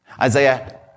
Isaiah